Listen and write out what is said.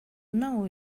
know